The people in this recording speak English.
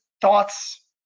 thoughts